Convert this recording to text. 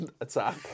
attack